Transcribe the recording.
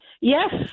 Yes